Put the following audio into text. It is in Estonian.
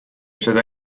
seda